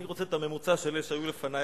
אני רוצה את הממוצע של אלה שהיו לפני.